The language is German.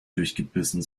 durchgebissen